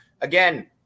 Again